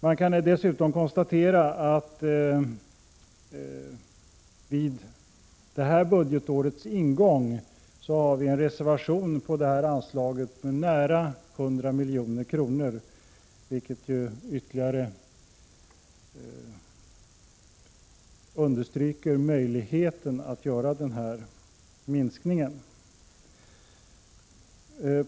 Man kan dessutom konstatera att vi vid det löpande budgetårets ingång hade en reservation på anslaget med nära 100 milj.kr. vilket ytterligare understryker möjligheten att genomföra denna minskning.